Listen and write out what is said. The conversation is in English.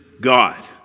God